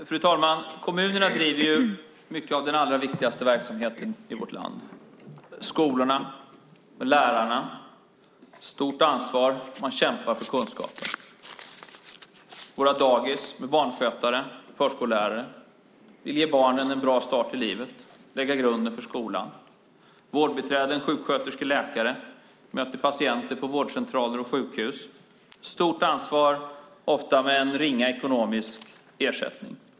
Fru talman! Kommunerna driver mycket av den allra viktigaste verksamheten i vårt land. I skolorna har lärarna ett stort ansvar och kämpar för kunskaper. På våra dagis finns barnskötare och förskollärare som vill ge barnen en bra start i livet och lägga grunden inför skolan. Vårdbiträden, sjuksköterskor och läkare möter patienter på vårdcentraler och sjukhus och har stort ansvar, ofta med en ringa ekonomisk ersättning.